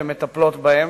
שמטפלות בהם.